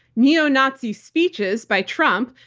neo-nazi speeches by trump,